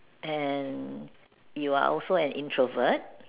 and you're also an introvert